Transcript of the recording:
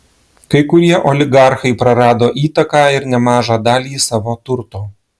kai kurie oligarchai prarado įtaką ir nemažą dalį savo turto